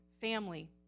family